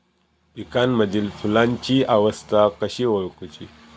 पिकांमदिल फुलांची अवस्था कशी ओळखुची?